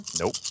Nope